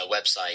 website